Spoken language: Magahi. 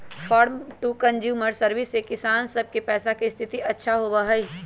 फार्मर टू कंज्यूमर सर्विस से किसान सब के पैसा के स्थिति अच्छा होबा हई